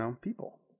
people